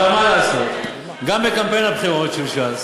אבל מה לעשות, גם בקמפיין הבחירות של ש"ס